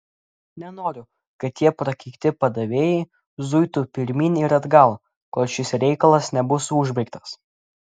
nenoriu kad tie prakeikti padavėjai zuitų pirmyn ir atgal kol šis reikalas nebus užbaigtas